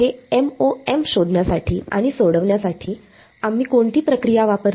हे MoM शोधण्यासाठी आणि सोडवण्यासाठी आम्ही कोणती प्रक्रिया वापरली